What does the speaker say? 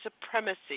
supremacy